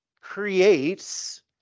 creates